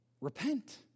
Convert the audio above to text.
Repent